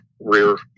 rear